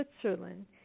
Switzerland